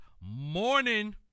morning